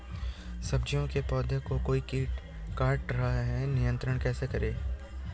सब्जियों के पौधें को कोई कीट काट रहा है नियंत्रण कैसे करें?